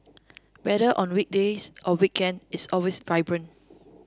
either on weekdays or weekend it is always vibrant